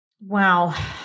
Wow